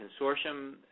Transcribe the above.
consortium